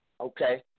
Okay